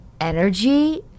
energy